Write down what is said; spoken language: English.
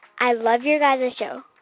i love your guys' show.